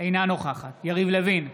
אינה נוכחת יריב לוין,